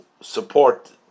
support